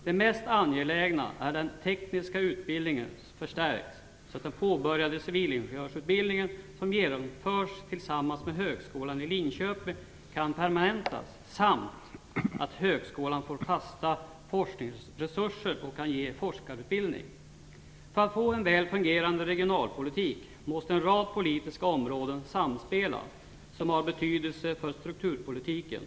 Det mest angelägna är att den tekniska utbildningen förstärks så att den påbörjade civilingenjörsutbildningen, som genomförs tillsammans med högskolan i Linköping, kan permanentas, samt att högskolan får fasta forskningsresurser och kan ge forskarutbildning. För att man skall få en väl fungerande regionalpolitik måste en rad politiska områden samspela, som har betydelse för strukturpolitiken.